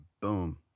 Boom